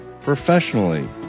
professionally